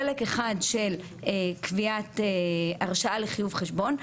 חלק אחד של קביעת הרשאה לחיוב חשבון,